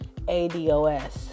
ADOS